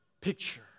picture